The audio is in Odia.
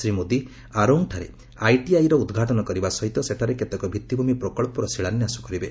ଶ୍ରୀ ମୋଦି ଆରୋଙ୍ଗ୍ଠାରେ ଆଇଟିଆଇର ଉଦ୍ଘାଟନ କରିବା ସହିତ ସେଠାରେ କେତେକ ଭିଭିଭୂମି ପ୍ରକଳ୍ପର ଶିଳାନ୍ୟାସ କରିବେ